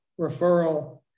referral